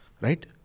right